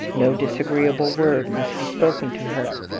no disagreeable word must be spoken to her.